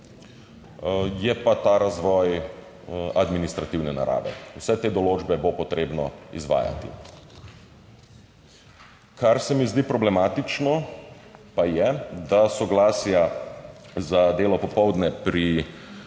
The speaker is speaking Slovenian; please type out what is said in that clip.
je pa ta razvoj administrativne narave. Vse te določbe bo potrebno izvajati. Kar se mi zdi problematično, pa je, da soglasja za delo popoldne pri